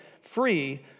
free